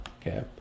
okay